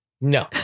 No